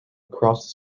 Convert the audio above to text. across